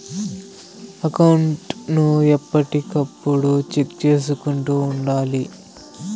account ను ఎప్పటికప్పుడు check చేసుకుంటూ ఉండాలి